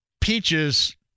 Peaches